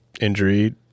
injury